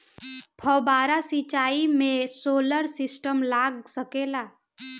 फौबारा सिचाई मै सोलर सिस्टम लाग सकेला?